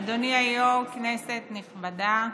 אדוני היו"ר, כנסת נכבדה,